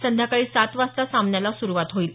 संध्याकाळी सात वाजता सामन्याला सुरुवात होईल